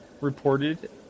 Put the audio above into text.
reported